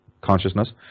consciousness